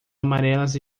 amarelas